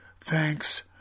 thanks